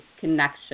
connection